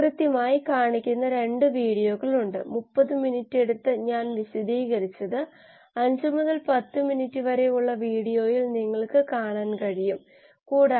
എന്നിട്ട് പോയി കോശത്തിനുള്ളിൽ നോക്കും മെറ്റബോളിക് ഫ്ലക്സ് വിശകലനം നമ്മൾ ഇവിടെ വിശദമായി വിവരിച്ച രീതികളിലൂടെ നമ്മൾ ചെയ്തത് അതാണ് ഇവിടെ ചില വിശദാംശങ്ങൾ എല്ലാ വിശദാംശങ്ങളും ഇല്ല